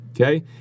okay